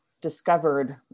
discovered